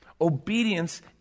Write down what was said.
Obedience